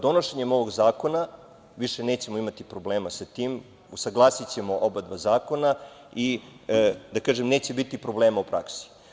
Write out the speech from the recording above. Donošenjem ovog zakona više nećemo imati probleme sa tim, usaglasićemo oba zakona i neće biti problema u praksi.